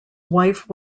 wife